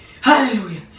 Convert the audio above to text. Hallelujah